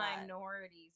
minorities